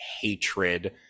hatred